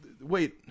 Wait